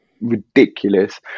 ridiculous